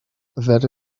that